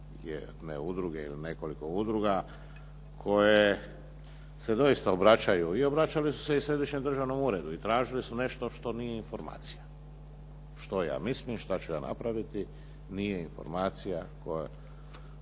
jedne udruge ili nekoliko udruga koje se doista obraćaju i obraćali su se Središnjem državnom uredu i tražili su nešto što nije informacija, što ja mislim, što ću ja napraviti nije informacija kojom